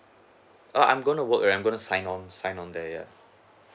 err I'm gonna work I'm gonna sign on sign on the